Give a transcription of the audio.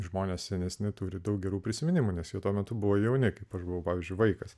žmones nes neturi daug gerų prisiminimų nes jie tuo metu buvo jauni kaip aš buvau pavyzdžiui vaikas